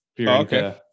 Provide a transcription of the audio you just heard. Okay